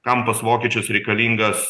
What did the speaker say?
kam pas vokiečius reikalingas